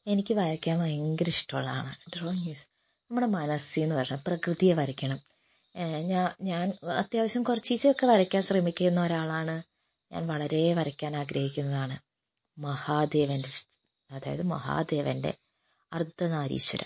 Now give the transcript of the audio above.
എനിക്ക് വരക്കാൻ ഭയങ്കര ഇഷ്ടമുള്ളതാണ് ഡ്രോയിങ്ങ് ഈസ് നമ്മുടെ മനസ്സിൽ നിന്ന് വരണം പ്രകൃതിയെ വരയ്ക്കണം ഞാൻ അത്യാവശ്യം കുറച്ച് ദിവസമൊക്കെ വരയ്ക്കാൻ ശ്രമിക്കുന്ന ഒരാളാണ് ഞാൻ വളരെ വരക്കാൻ ആഗ്രഹിക്കുന്നതാണ് മഹാദേവന്റെ ചിത്രം അതായത് മഹാദേവന്റെ അർദ്ധനാരീശ്വര